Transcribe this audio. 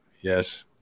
Yes